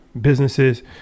businesses